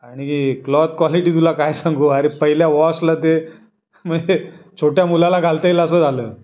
आणि cloth quality तुला काय सांगू अरे पहिल्या वॉशला ते म्हणजे छोट्या मुलाला घालता येईल असं झालं